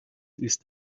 ist